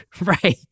right